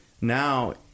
now